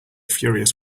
furious